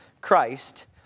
Christ